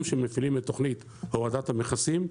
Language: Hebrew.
שמפעילים את תוכנית הורדת המכסים,